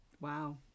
wow